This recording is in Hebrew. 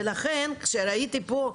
לכן כשראיתי פה,